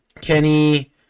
Kenny